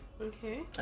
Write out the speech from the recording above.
Okay